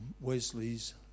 Wesley's